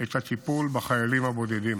את הטיפול בחיילים הבודדים.